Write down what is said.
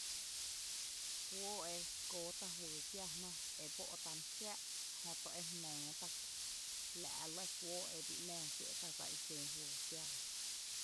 Kuóo e kóoó tá' juyy kiáa jná ebó' tá' mýxⱥⱥ'jötu e jnóo tá' kö', la' lɇ kuóo e 'nⱥⱥ kié' tá' dsa xen juyy jé jélⱥ.